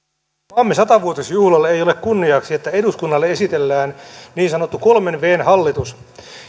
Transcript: maamme sata vuotisjuhlalle ei ole kunniaksi että eduskunnalle esitellään niin sanottu kolmen viiden hallitus